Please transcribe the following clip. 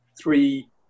three